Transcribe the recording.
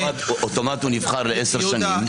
אוטומטית הוא נבחר לעשר שנים.